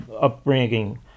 upbringing